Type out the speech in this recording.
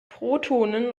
protonen